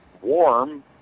warm